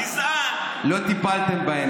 לא טיפלתם בהם,